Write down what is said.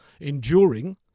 enduring